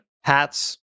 hats